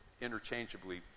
interchangeably